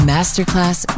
Masterclass